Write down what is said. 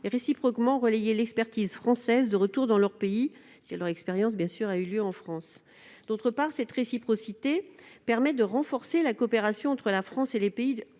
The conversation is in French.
et, réciproquement, relayer l'expertise française de retour dans leur pays si leur expérience a eu lieu en France. D'autre part, cette réciprocité permet de renforcer la coopération entre la France et les pays